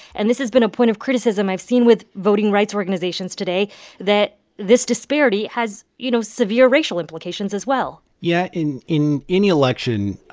and this has been a point of criticism i've seen with voting rights organizations today that this disparity has, you know, severe racial implications as well yeah. in in any election,